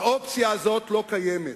האופציה הזאת לא קיימת.